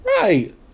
right